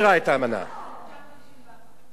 אשררה ב-1991.